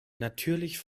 natürlich